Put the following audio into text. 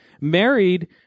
Married